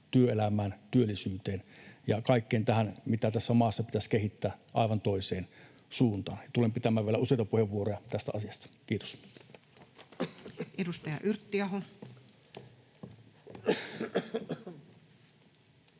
työelämään, työllisyyteen ja kaikkeen tähän, mitä tässä maassa pitäisi kehittää aivan toiseen suuntaan. Ja tulen pitämään vielä useita puheenvuoroja tästä asiasta. — Kiitos. Edustaja Yrttiaho.